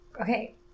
Okay